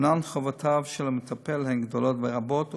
אומנם חובותיו של המטפל הן גדולות ורבות,